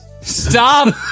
Stop